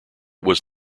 was